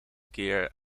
keer